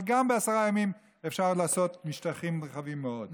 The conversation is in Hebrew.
אבל גם בעשרה ימים אפשר עוד לעשות משטחים רחבים מאוד.